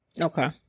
Okay